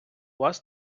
вас